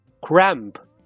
cramp